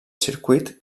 circuit